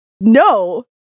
no